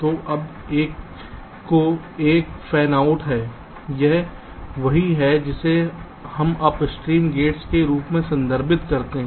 तो अब A को एक फैनआउट है यह वही है जिसे हम अपस्ट्रीम गेट्स के रूप में संदर्भित करते हैं